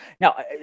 Now